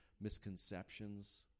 misconceptions